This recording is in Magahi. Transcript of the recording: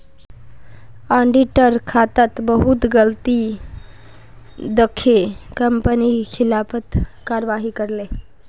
ऑडिटर खातात बहुत गलती दखे कंपनी खिलाफत कारवाही करले